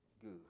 good